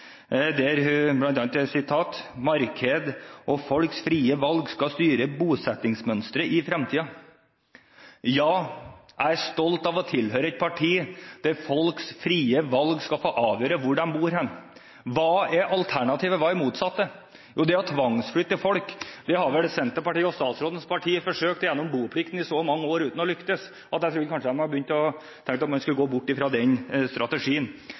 der det står at «markedet og folks frie valg skal styre bosettingsmønsteret i fremtiden». Ja, jeg er stolt over å tilhøre et parti som sier at folks frie valg får avgjøre hvor de vil bo. Hva er alternativet, det motsatte? Jo, det er å tvangsflytte folk. Det har Senterpartiet – statsrådens parti – forsøkt gjennom boplikten i så mange år uten å lykkes, at jeg tror de kanskje har tenkt å gå bort fra den strategien.